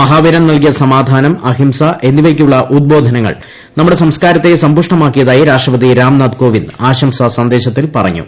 മഹാവീരൻ നൽകിയ സമാധാനം അഹിംസ എന്നിവയ്ക്കായുളള ഉദ്ബോധനങ്ങൾ നമ്മുടെ സംസ്കാരത്തെ സമ്പുഷ്ടമാക്കിയതായി രാഷ്ട്രപതി രാംനാഥ് കോവിന്ദ് ആശംസാ സന്ദേശത്തിൽ പറഞ്ഞു